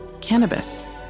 cannabis